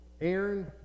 Aaron